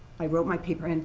i wrote my paper. and